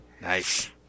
Nice